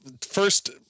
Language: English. First